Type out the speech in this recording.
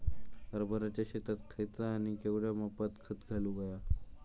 हरभराच्या शेतात खयचा आणि केवढया मापात खत घालुक व्हया?